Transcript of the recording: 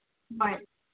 ꯍꯣꯏ